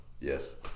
yes